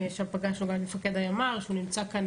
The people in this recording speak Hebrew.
שם פגשנו גם את מפקד היחידה המרכזית,